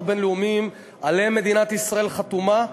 בין-לאומיים שעליהם מדינת ישראל חתומה,